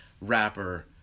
rapper